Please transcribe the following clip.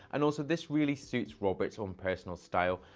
and also, this really suits robert's own personal style.